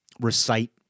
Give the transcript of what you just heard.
recite